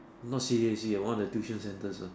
not C_D_A_C one of the tuition centres uh